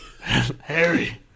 Harry